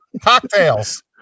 Cocktails